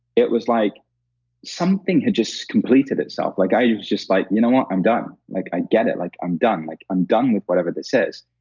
it was like something had just completed itself. like, i was just like, you know what? i'm done. like i get it. like i'm done. like i'm done with whatever this is.